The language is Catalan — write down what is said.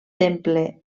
temple